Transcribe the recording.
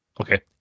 Okay